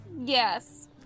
yes